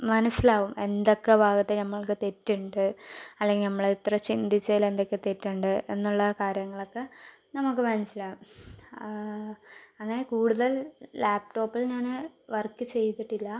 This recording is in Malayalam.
മനസ്സിലാവും എന്തൊക്കെ ഭാഗത്ത് നമ്മൾക്ക് തെറ്റുണ്ട് അല്ലെങ്കിൽ നമ്മൾ എത്ര ചിന്തിച്ചതിൽ എന്തൊക്കെ തെറ്റുണ്ട് എന്നുള്ള കാര്യങ്ങളൊക്കെ നമുക്ക് മനസ്സിലാകും അങ്ങനെ കൂടുതൽ ലാപ്ടോപ്പിൽ ഞാന് വർക്ക് ചെയ്തിട്ടില്ല